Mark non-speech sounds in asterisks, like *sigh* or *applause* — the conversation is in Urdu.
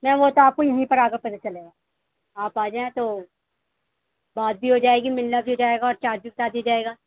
میم وہ تو آپ کو یہیں پر آ کر پتہ چلے گا آپ آ جائیں تو بات بھی ہو جائے گی ملنا بھی ہو جائے گا اور چارجز کا بھی *unintelligible* جائے گا